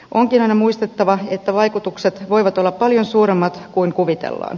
onkin aina muistettava että vaikutukset voivat olla paljon suuremmat kuin kuvitellaan